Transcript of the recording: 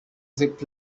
zip